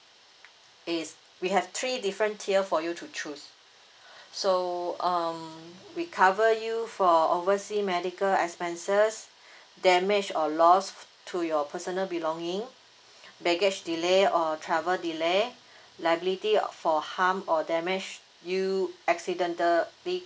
it's we have three different tier for you to choose so um we cover you for oversea medical expenses damage or loss to your personal belonging baggage delay or travel delay liability for harm or damaged you accident the big